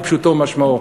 כפשוטו ומשמעו,